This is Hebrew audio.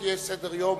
כי יש סדר-יום